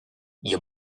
you